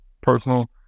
personal